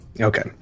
Okay